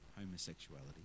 homosexuality